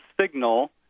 signal